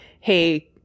hey